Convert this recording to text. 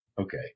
okay